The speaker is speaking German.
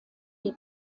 die